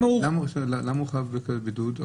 למה הוא חייב בבידוד?